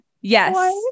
Yes